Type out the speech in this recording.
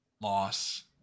Loss